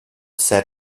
said